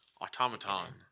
Automaton